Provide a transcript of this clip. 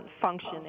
function